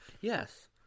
Yes